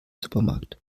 supermarkt